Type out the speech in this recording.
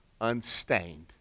unstained